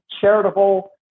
charitable